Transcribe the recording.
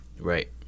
right